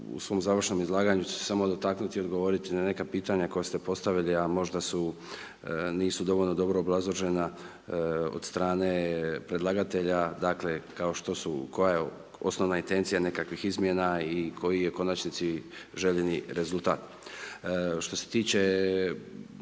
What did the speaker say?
u svom završnom izlaganju ću samo dotaknuti i odgovoriti na neka pitanja koja ste postavili, a možda su, nisu dovoljno dobro obrazložena od strane predlagatelja. Dakle, kao što su koja je osnovna etencija nekakvih izmjena i koji je konačni cilj željeni rezultat. Što se tiče